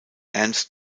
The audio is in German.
ernst